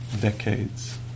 decades